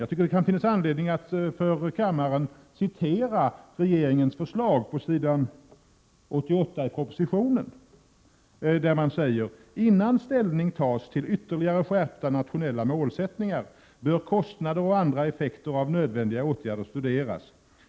Jag tycker det finns anledning att för kammaren citera ur regeringens proposition 1987/88:85 på s. 88: ”Innan ställning tas till ytterligare skärpta nationella målsättningar bör kostnader och andra effekter av nödvändiga åtgärder studeras.